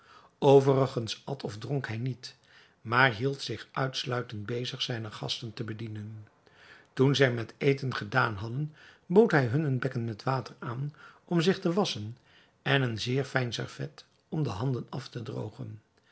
overigens at of dronk hij niet maar hield zich uitsluitend bezig zijne gasten te bedienen toen zij met eten gedaan hadden bood hij hun een bekken met water aan om zich te wasschen en een zeer fijn servet om de handen af te droogen